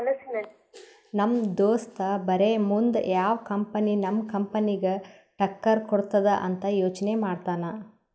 ನಮ್ ದೋಸ್ತ ಬರೇ ಮುಂದ್ ಯಾವ್ ಕಂಪನಿ ನಮ್ ಕಂಪನಿಗ್ ಟಕ್ಕರ್ ಕೊಡ್ತುದ್ ಅಂತ್ ಯೋಚ್ನೆ ಮಾಡ್ತಾನ್